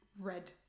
red